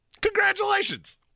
congratulations